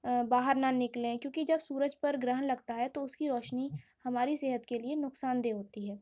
باہر نہ نکلیں کیونکہ جب سورج پر گرہن لگتا ہے تو اس کی روشنی ہماری صحت کے لیے نقصان دہ ہوتی ہے